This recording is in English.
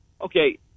Okay